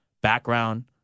background